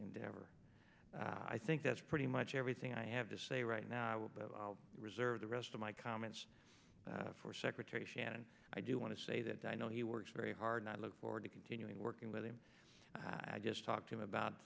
endeavor i think that's pretty much everything i have to say right now but i'll reserve the rest of my comments for secretary shannon i do want to say that i know he works very hard not look forward to continuing working with him i just talked to him about